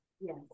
Yes